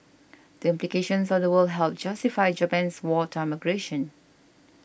the implications of the word helped justify Japan's wartime aggression